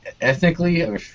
ethnically